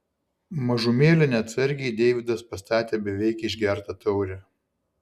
mažumėlę neatsargiai deividas pastatė beveik išgertą taurę